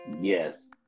Yes